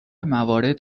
موارد